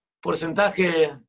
porcentaje